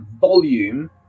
volume